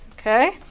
Okay